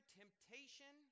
temptation